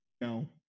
No